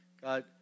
God